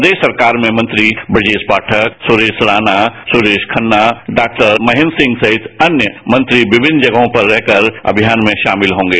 प्रदेश सरकार में मंत्री ब्रजेश पाठक सुरेश राणा सुरेश खन्ना डॉक्टर महेन्द्र सिंह सहित अन्य मंत्री विभिन्न जगहों पर रहकर अभियान में शामिल होंगे